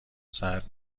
سرد